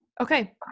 Okay